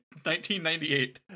1998